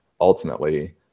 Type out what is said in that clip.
ultimately